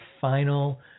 final